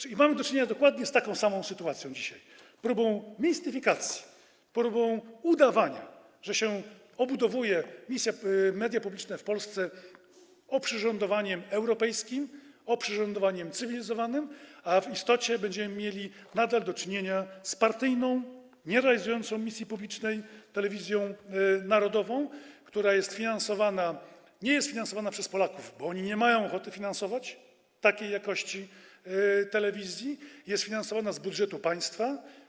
I mamy do czynienia dokładnie z taką samą sytuacją dzisiaj, z próbą mistyfikacji, próbą udawania, że obudowuje się media publiczne w Polsce oprzyrządowaniem europejskim, oprzyrządowaniem cywilizowanym, a w istocie będziemy mieli nadal do czynienia z partyjną, nierealizującą misji publicznej telewizją narodową, która nie jest finansowana przez Polaków, bo oni nie mają ochoty finansować takiej jakości telewizji, jest finansowana z budżetu państwa.